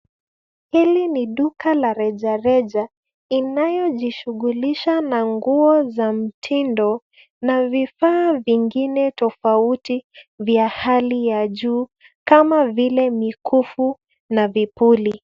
Hili i duka la rejareja inayojishughulisha na nguo za mitindo na vifaa vingine tofauti vya hali ya juu kama vile mikufu na vipuli.